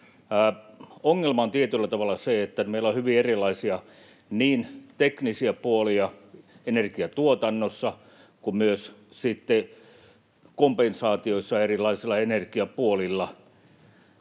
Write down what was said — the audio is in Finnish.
Ongelma on tietyllä tavalla se, että meillä on hyvin erilaisia teknisiä puolia energiatuotannossa ja myös kompensaatioita erilaisilla energiapuolilla.